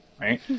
right